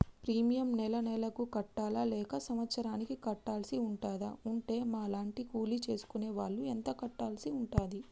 Premium నెల నెలకు కట్టాలా లేక సంవత్సరానికి కట్టాల్సి ఉంటదా? ఉంటే మా లాంటి కూలి చేసుకునే వాళ్లు ఎంత కట్టాల్సి ఉంటది?